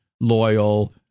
loyal